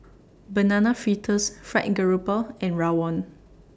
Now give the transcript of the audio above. Banana Fritters Fried Grouper and Rawon